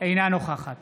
אינה נוכחת